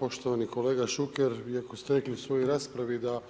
Poštovani kolega Šuker, iako ste rekli u svojoj raspravi, da